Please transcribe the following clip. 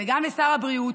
וגם לשר הבריאות,